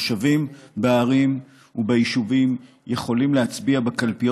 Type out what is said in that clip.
התושבים בערים וביישובים יכולים להצביע בקלפיות